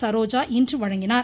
சரோஜா இன்று வழங்கினார்